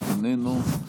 איננו,